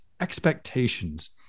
expectations